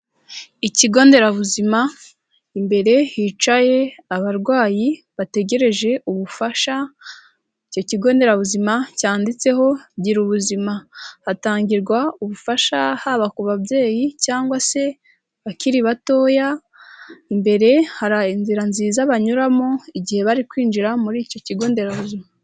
Ikigo nderabuzima, imbere hicaye abarwayi bategereje ubufasha, icyo kigo nderabuzima cyanditseho, girabu ubuzima, hatangirwa ubufasha, haba ku babyeyi cyangwa se abakiri batoya, imbere hari inzira nziza banyuramo, igihe bari kwinjira muri icyo kigo nderabuzima.